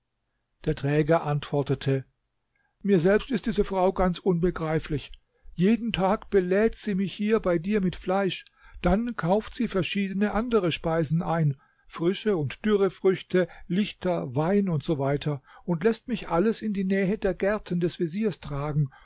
der träger antwortete mir selbst ist diese frau ganz unbegreiflich jeden tag belädt sie mich hier bei dir mit fleisch dann kauft sie verschiedene andere speisen ein frische und dürre früchte lichter wein u s w und läßt mich alles in die nähe der gärten des veziers tragen